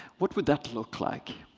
what would that look like?